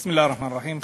בסם אללה א-רחמאן א-רחים.